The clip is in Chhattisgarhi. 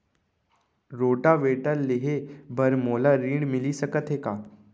रोटोवेटर लेहे बर मोला ऋण मिलिस सकत हे का?